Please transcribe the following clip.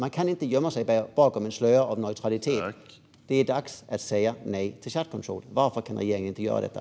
Man kan inte gömma sig bakom en slöja av neutralitet. Det är dags att säga nej till chat control. Varför kan regeringen inte göra detta?